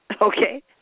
okay